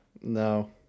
no